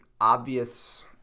obvious